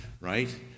right